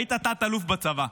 היית תת-אלוף בצבא,